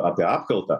apie apkaltą